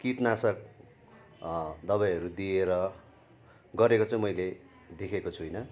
कीटनाशक दबाईहरू दिएर गरेको चाहिँ मैले देखेको छुइनँ